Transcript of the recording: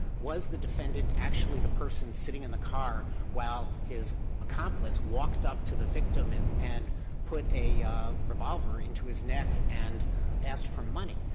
was the defendant actually the person sitting in the car while his accomplice walked up to the victim and and put a revolver into his neck and asked for money?